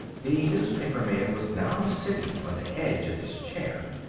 the newspaperman was now sitting on the edge of his chair.